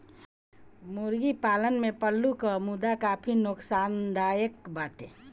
मुर्गी पालन में फ्लू कअ मुद्दा काफी नोकसानदायक बाटे